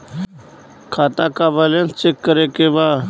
खाता का balance check करे के बा?